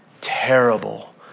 terrible